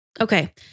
Okay